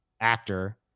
actor